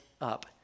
up